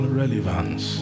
relevance